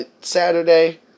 Saturday